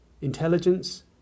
Intelligence